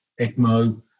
ECMO